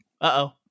Uh-oh